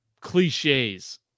cliches